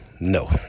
no